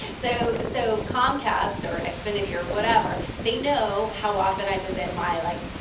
so so comcast or and xfinity or whatever they know how often i visit my, like,